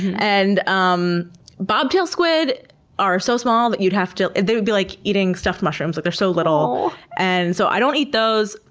and um bobtail squid are so small that you'd have to that would be like eating stuffed mushrooms. like they're so little. and so, i don't eat those,